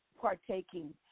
partaking